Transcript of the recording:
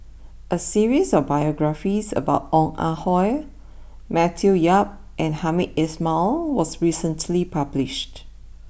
a series of biographies about Ong Ah Hoi Matthew Yap and Hamed Ismail was recently published